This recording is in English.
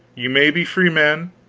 ye may be freemen,